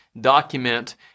document